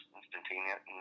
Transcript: instantaneous